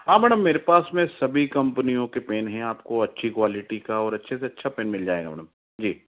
हाँ मैडम मेरे पास में सभी कंपनियों के पेन हैं आपको अच्छी क्वालिटी का और अच्छे से अच्छा पेन मिल जाएगा मैडम जी